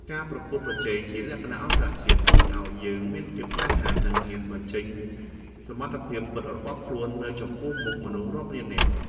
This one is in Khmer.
ការប្រកួតប្រជែងជាលក្ខណៈអន្តរជាតិជួយឱ្យយើងមានភាពក្លាហាននិងហ៊ានបញ្ចេញសមត្ថភាពពិតរបស់ខ្លួននៅចំពោះមុខមនុស្សរាប់លាននាក់។